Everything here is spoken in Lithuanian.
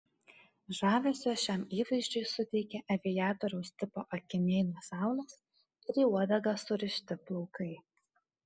žavesio šiam įvaizdžiui suteikė aviatoriaus tipo akiniai nuo saulės ir į uodegą surišti plaukai